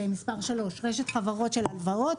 הלוואות.